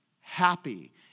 Happy